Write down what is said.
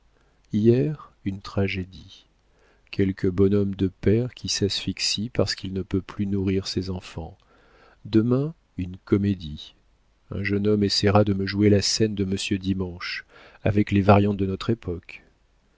hier une tragédie quelque bonhomme de père qui s'asphyxie parce qu'il ne peut plus nourrir ses enfants demain une comédie un jeune homme essaiera de me jouer la scène de monsieur dimanche avec les variantes de notre époque